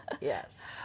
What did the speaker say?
Yes